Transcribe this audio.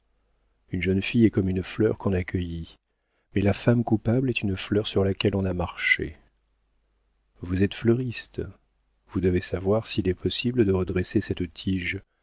une jeune fille est comme une fleur qu'on a cueillie mais la femme coupable est une fleur sur laquelle on a marché vous êtes fleuriste vous devez savoir s'il est possible de redresser cette tige